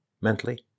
mentally